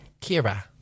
Kira